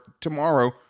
tomorrow